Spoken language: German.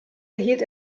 erhielt